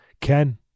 Ken